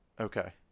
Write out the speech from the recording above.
Okay